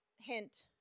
hint